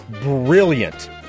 brilliant